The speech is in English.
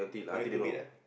no need to beat ah